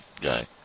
Guy